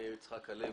מאיר יצחק הלוי.